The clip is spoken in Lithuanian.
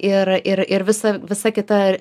ir ir ir visa visa kita